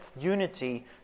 unity